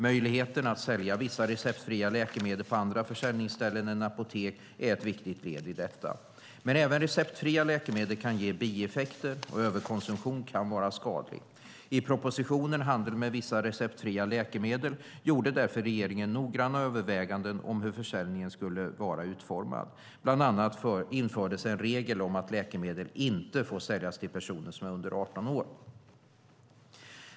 Möjligheten att sälja vissa receptfria läkemedel på andra försäljningsställen än apotek är ett viktigt led i detta. Men även receptfria läkemedel kan ge bieffekter, och överkonsumtion kan vara skadlig. I propositionen Handel med vissa receptfria läkemedel gjorde därför regeringen noggranna överväganden om hur försäljningen skulle vara utformad. Bland annat infördes en regel om att läkemedel inte får säljas till personer som är under 18 år.